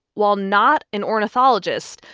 while not an ornithologist,